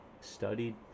studied